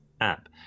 app